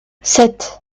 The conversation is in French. sept